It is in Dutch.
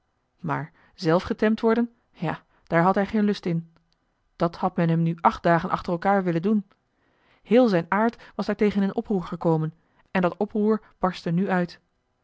maar zèlf getemd worden ja daar had hij geen lust in dat had men hem nu acht dagen achter elkaar willen doen heel zijn aard was daartegen in oproer gekomen en dat oproer barstte nu uit